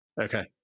Okay